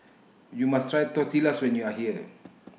YOU must Try Tortillas when YOU Are here